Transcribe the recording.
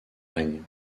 règne